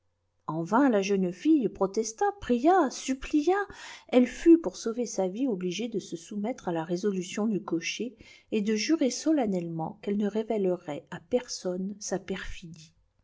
en vain la jeune fille protesta pria supplia elle fut pour sauver sa vie obligée de se soumettre à la résolution du cocher et de jurer solennellement qu'elle ne révélerait à personne sa perfidie